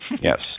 Yes